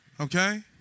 Okay